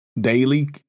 daily